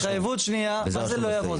מה זה לא יעבור?